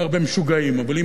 אבל אם כן, אוי ואבוי לנו.